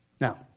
Now